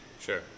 Sure